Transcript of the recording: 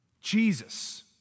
Jesus